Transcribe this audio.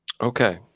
Okay